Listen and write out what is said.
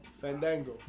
Fandango